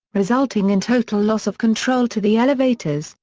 resulting in total loss of control to the elevators,